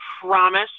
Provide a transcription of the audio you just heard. promise